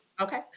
Okay